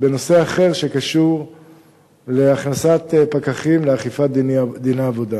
בנושא אחר, שקשור להכנסת פקחים לאכיפת דיני עבודה.